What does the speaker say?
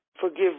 forgive